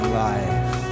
life